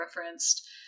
referenced